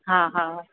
हा हा